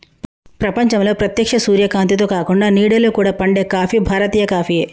ప్రపంచంలో ప్రేత్యక్ష సూర్యకాంతిలో కాకుండ నీడలో కూడా పండే కాఫీ భారతీయ కాఫీయే